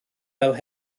fel